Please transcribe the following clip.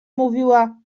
mówiła